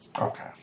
Okay